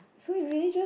so it really just